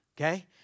okay